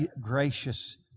gracious